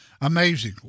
Amazing